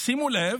שימו לב,